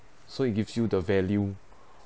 so it gives you the value